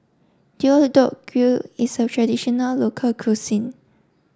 Deodeok Gui is a traditional local cuisine